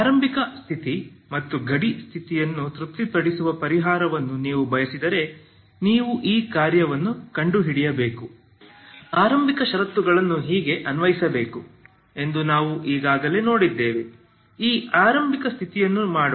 ಆರಂಭಿಕ ಸ್ಥಿತಿ ಮತ್ತು ಗಡಿ ಸ್ಥಿತಿಯನ್ನು ತೃಪ್ತಿಪಡಿಸುವ ಪರಿಹಾರವನ್ನು ನೀವು ಬಯಸಿದರೆ ನೀವು ಈ ಕಾರ್ಯವನ್ನು ಕಂಡುಹಿಡಿಯಬೇಕು ಆರಂಭಿಕ ಷರತ್ತುಗಳನ್ನು ಹೇಗೆ ಅನ್ವಯಿಸಬೇಕು ಎಂದು ನಾವು ಈಗಾಗಲೇ ನೋಡಿದ್ದೇವೆಈ ಆರಂಭಿಕ ಸ್ಥಿತಿಯನ್ನು ಮಾಡೋಣ